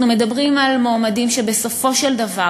אנחנו מדברים על מועמדים שבסופו של דבר,